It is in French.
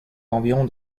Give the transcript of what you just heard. environ